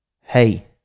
Hey